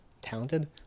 Talented